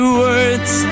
words